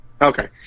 Okay